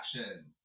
action